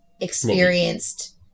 experienced